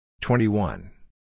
twenty-one